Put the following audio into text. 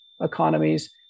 economies